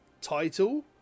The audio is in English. title